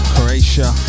Croatia